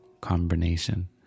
combination